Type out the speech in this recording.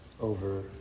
over